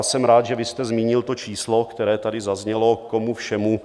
Jsem rád, že jste zmínil to číslo, která tady zaznělo, komu všemu